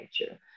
nature